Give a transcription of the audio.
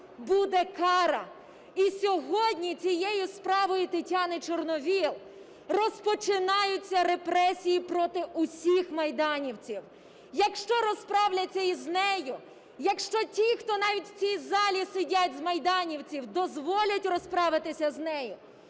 буде кара. І сьогодні цією справою Тетяни Чорновол розпочинаються репресії проти усіх майданівців. Якщо розправляться із нею, якщо ті, хто навіть в цій залі сидять з майданівців, дозволять розправитися з нею,